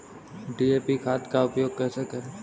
DAP खाद का उपयोग कैसे करें?